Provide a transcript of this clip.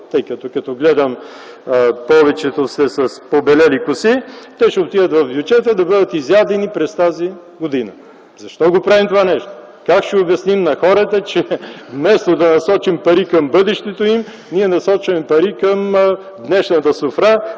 тъй като гледам, че повечето сте с побелели коси, те ще отидат в бюджета, за да бъдат изядени през тази година. Защо правим това нещо?! Как ще обясним на хората, че вместо да насочим пари към бъдещето им, ние насочваме пари към днешната софра,